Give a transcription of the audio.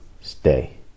stay